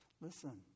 Listen